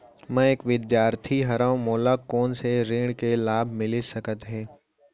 मैं एक विद्यार्थी हरव, मोला कोन से ऋण के लाभ मिलिस सकत हे?